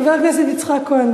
חבר הכנסת יצחק כהן,